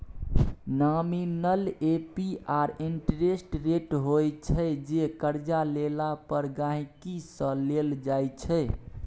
nominal APR interest rate होइ छै जे करजा लेला पर गांहिकी सँ लेल जाइ छै